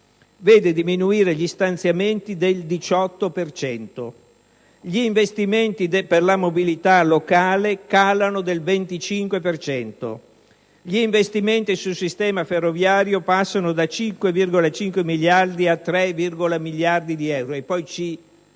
vede diminuire gli stanziamenti del 18 per cento; gli investimenti per la mobilità locale calano del 25 per cento; gli investimenti sul sistema ferroviario passano da 5,5 miliardi a circa 3 miliardi di euro e poi ci